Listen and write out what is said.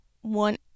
one